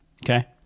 okay